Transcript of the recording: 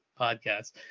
podcast